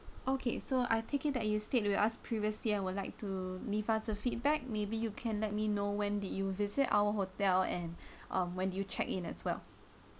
okay so I take it that you stayed with us previously and would like to leave us a feedback maybe you can let me know when did you visit our hotel and um when you check in as well